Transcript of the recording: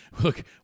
look